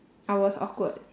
I was awkward